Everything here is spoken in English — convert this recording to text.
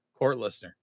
courtlistener